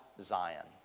Zion